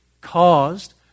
caused